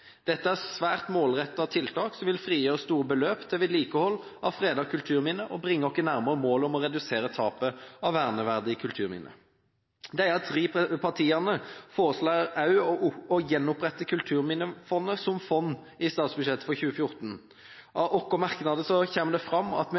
Dette er svært målrettede tiltak som vil frigjøre store beløp til vedlikehold av fredede kulturminner og bringe oss nærmere målet om å redusere tapet av verneverdige kulturminner. Jeg antar at også Venstre støtter mange av forslagene. Disse tre partiene foreslår også å gjenopprette Kulturminnefondet som fond i statsbudsjettet for 2014.